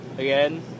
again